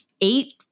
eight